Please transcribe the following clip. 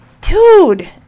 dude